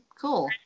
cool